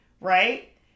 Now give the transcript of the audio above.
right